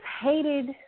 hated